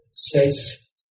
states